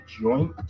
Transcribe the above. joint